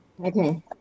Okay